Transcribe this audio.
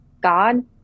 god